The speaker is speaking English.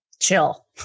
chill